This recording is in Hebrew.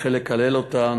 החל לקלל אותה,